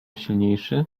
silniejszy